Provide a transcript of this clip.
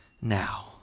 now